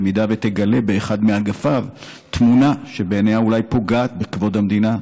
תגלה באחד מאגפיו תמונה שבעיניה אולי פוגעת בכבוד המדינה.